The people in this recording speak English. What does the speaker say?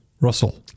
Russell